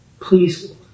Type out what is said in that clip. Please